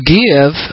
give